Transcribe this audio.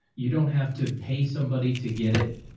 you don't have to pay somebody to get it.